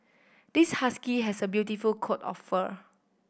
this husky has a beautiful coat of fur